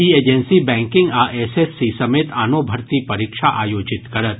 ई agency banking आ SSC समेत आनो भर्ती परीक्षा आयोजित करत